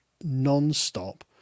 non-stop